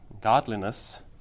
godliness